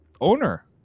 owner